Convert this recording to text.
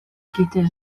كتاب